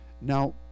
Now